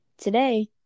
Today